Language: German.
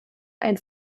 ein